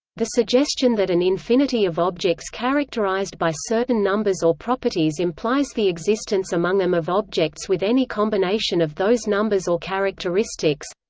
the suggestion that an infinity of objects characterized by certain numbers or properties implies the existence among them of objects with any combination of those numbers or characteristics